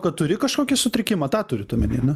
kad turi kažkokį sutrikimą tą turit omeny ane